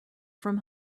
from